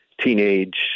teenage